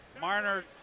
Marner